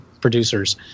producers